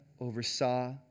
oversaw